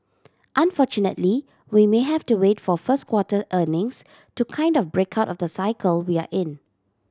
unfortunately we may have to wait for first quarter earnings to kind of break out of the cycle we're in